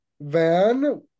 van